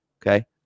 Okay